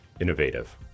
Innovative